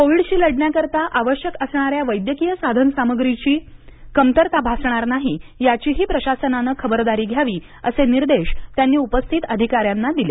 कोविडशी लढण्याकरीता आवश्यक असणाऱ्या वैद्यकीय साधन सामुग्री याची कमतरता भासणार नाही याचीही प्रशासनाने खबरदारी घ्यावी असे निर्देश त्यांनी उपस्थित अधिकाऱ्यांना दिले